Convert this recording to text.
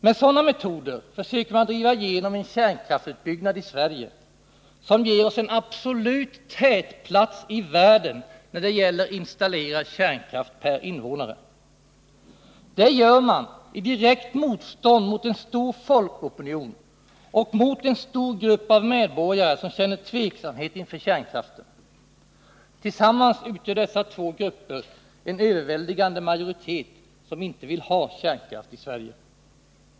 Med sådana metoder försöker man driva igenom en kärnkraftsutbyggnad i Sverige som ger oss en absolut tätplats i världen när det gäller installerad kärnkraft per invånare. Det gör man i direkt motstånd mot en stor folkopinion och mot en stor grupp av medborgare som känner tveksamhet inför kärnkraften. Tillsammans utgör dessa två grupper en överväldigande majoritet som inte vill ha kärnkraft i Sverige.